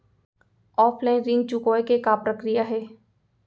Offline ऋण चुकोय के का प्रक्रिया हे?